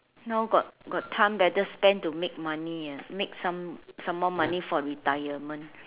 now got got time better spend to make money ya make some some more money for retirement